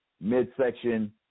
midsection